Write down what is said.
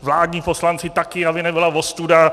Vládní poslanci taky, aby nebyla ostuda.